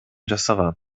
жасаган